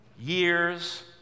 year's